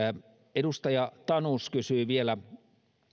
edustaja tanus kysyi vielä